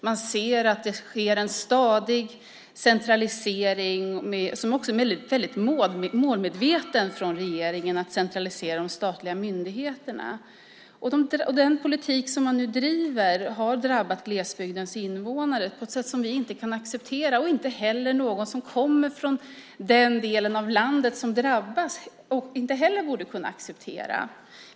De ser att det sker en stadig centralisering som också är väldigt målmedveten från regeringen när det gäller att centralisera de statliga myndigheterna. Den politik som man nu driver har drabbat glesbygdens invånare på ett sätt som vi inte kan acceptera. Det borde inte heller någon som kommer från den delen av landet som drabbas kunna acceptera.